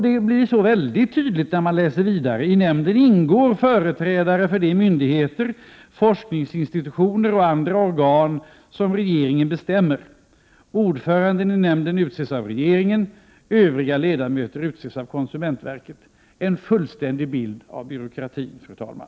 Detta blir ännu tydligare när man läser vidare i regeringsbeslutet: ”I nämnden ingår företrädare för de myndigheter, forskningsinstitutioner och andra organ som regeringen bestämmer. Ordföranden i nämnden utses av regeringen. Övriga ledamöter utses av konsumentverket.” Detta, fru talman, är en fullständig bild av byråkratin.